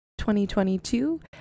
2022